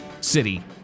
city